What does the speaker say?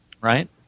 Right